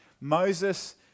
Moses